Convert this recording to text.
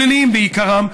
שליליים בעיקרם,